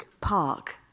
park